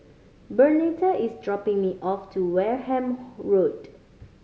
Bernetta is dropping me off to Wareham Road